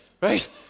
right